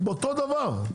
אותו דבר,